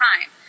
time